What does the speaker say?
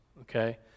okay